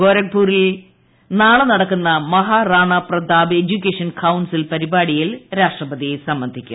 ഗോരഖ്പൂരിൽ നാളെ നടക്കുന്ന Maharana Pratap education council പരിപാടിയിൽ രാഷ്ട്രപതി സംബന്ധിക്കും